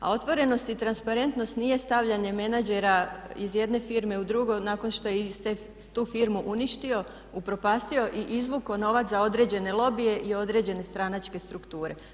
A otvorenost i transparentnost nije stavljanje menadžera iz jedne firme u drugu nakon što je tu firmu uništio, upropastio i izvukao novac za određene lobije i određene stranačke strukture.